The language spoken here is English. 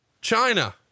China